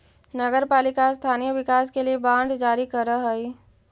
नगर पालिका स्थानीय विकास के लिए बांड जारी करऽ हई